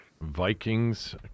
Vikings